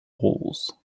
walls